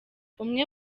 umwe